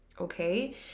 Okay